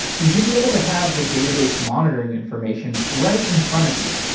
you should be able to have the database monitoring information right in front of you.